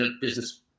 business